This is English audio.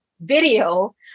video